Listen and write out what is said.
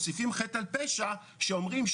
רשימת ההמתנה היא גדולה, כפי ששמעתם כאן.